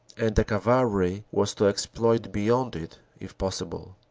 and the cavalry was to exploit beyond it if possible.